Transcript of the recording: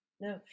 no